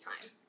time